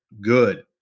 good